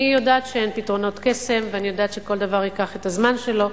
אני יודעת שאין פתרונות קסם ואני יודעת שכל דבר ייקח את הזמן שלו,